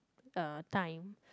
uh time